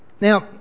Now